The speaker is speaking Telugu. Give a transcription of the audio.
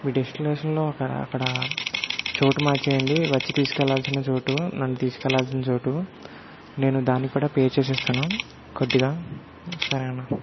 మీ డెస్టినేషన్లో అక్కడ అక్కడ చోటు మార్చేయండి వచ్చి తీసుకెళ్ళాల్సిన చోటు నన్ను తీసుకెళ్ళాల్సిన చోటు నేను దానిక్కూడా పే చేసేస్తాను కొద్దిగా సరే అన్నా